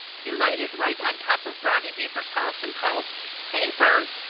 he lighted right on top of brownie beaver's house and called paper!